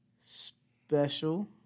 Special